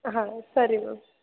ಹಾಂ ಸರಿ ಮ್ಯಾಮ್